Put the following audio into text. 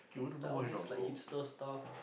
like all these like hipster stuff